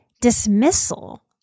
dismissal